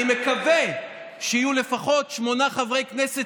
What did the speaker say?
אני מקווה שיהיו לפחות שמונה חברי כנסת